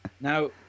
Now